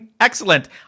Excellent